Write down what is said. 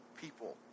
people